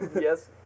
Yes